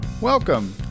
Welcome